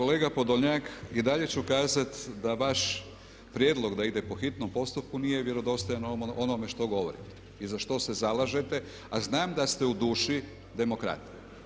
Kolega Podolnjak i dalje ću kazati da vaš prijedlog da ide po hitnom postupku nije vjerodostojan onome što govorite i za što se zalažete a znam da ste u duši demokrat.